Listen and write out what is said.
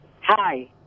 Hi